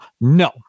No